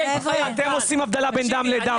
אתם עושים הבדל בין דם לדם.